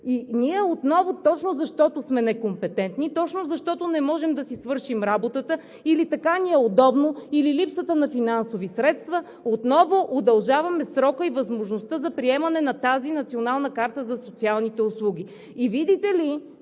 Ние отново точно защото сме некомпетентни, точно защото не можем да си свършим работата или така ни е удобно, или липсата на финансови средства, отново удължаваме срока и възможността за приемане на тази национална карта за социалните услуги. И, видите ли,